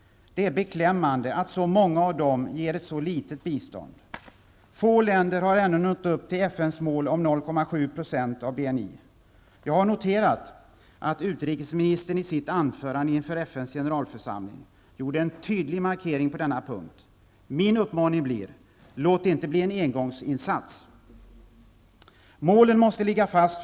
Det är beklämmande att så många av dem ger ett så litet bistånd. Få länder har ännu nått upp till FNs mål om 0,7 % av BNI. Jag har noterat att utrikesministern i sitt anförande inför FNs generalförsamling gjorde en tydlig markering på denna punkt. Min uppmaning blir: Låt det inte bli en engångsinsats! Målen för biståndet måste ligga fast.